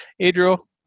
Adriel